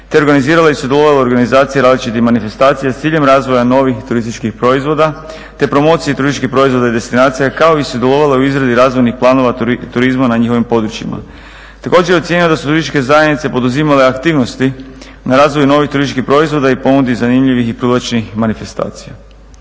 te organizirala i sudjelovala u organizaciji različitih manifestacija s ciljem razvoja novih turističkih proizvoda te promocija turističkih proizvoda i destinacija, kao i sudjelovala u izradi razvojnih planova turizma na njihovim područjima. Također je ocijenjeno da su turističke zajednice poduzimale aktivnosti na razvoju novih turističkih proizvoda i ponudi zanimljivih i privlačnih manifestacija.